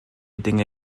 dinge